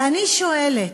ואני שואלת,